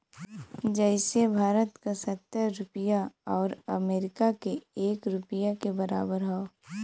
जइसे भारत क सत्तर रुपिया आउर अमरीका के एक रुपिया के बराबर हौ